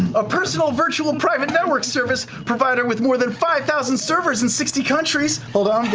a personal virtual private network service provider with more than five thousand servers in sixty countries. hold on,